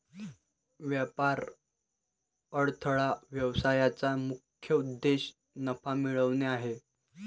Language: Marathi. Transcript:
व्यापार अडथळा व्यवसायाचा मुख्य उद्देश नफा मिळवणे आहे